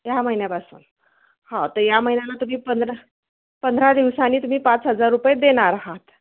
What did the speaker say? ह्या महिन्यापासून हो तर या महिन्याला तुम्ही पंधरा पंधरा दिवसांनी तुम्ही पाच हजार रुपये देणार आहात